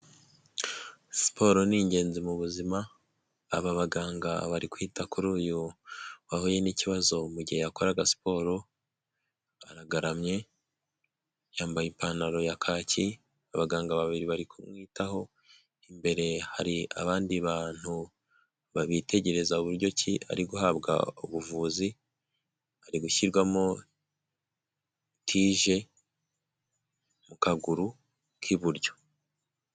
Siporo ni ingenzi mu buzima aba baganga bari kwita kuri uyu wahuye n'ikibazo mu gihe yakoraga siporo ,aragaramye yambaye ipantaro ya kacyi ,abaganga babiri bari kumwitaho ,imbere hari abandi bantu babitegereza uburyo ki ari guhabwa ubuvuzi ari gushyirwamo tije mu kaguru k'iburyo.